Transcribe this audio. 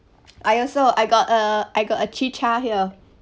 I also I got a I got a chicha here